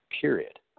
period